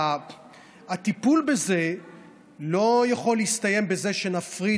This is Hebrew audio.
הטיפול בזה לא יכול להסתיים רק בזה שנפריד